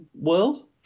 world